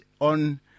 on